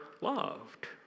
loved